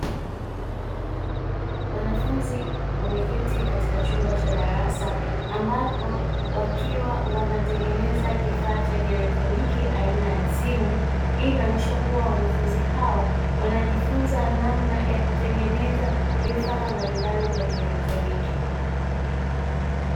Wanafunzi wameketi katika chumba cha darasa, ambapo wakiwa wanatengeneza kifaa cha kielektroniki aina ya simu; hii inaonyesha kuwa wanafunzi hawa wanajifunza namna ya kutengeneza vifaa mbalimbali vya kielektroniki.